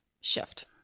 shift